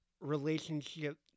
relationship